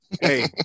Hey